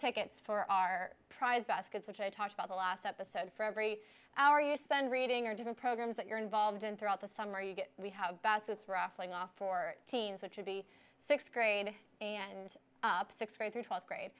tickets for our prize baskets which i talked about the last episode for every hour you spend reading or different programs that you're involved in throughout the summer you get we have bassett's ruffling off for teens which are the sixth grade and sixth grade through twelfth grade